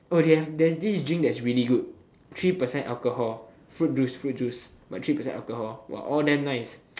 oh they have this drink that's really good three percent alcohol fruit juice fruit juice but three percent alcohol !wah! all damn nice